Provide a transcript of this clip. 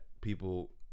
people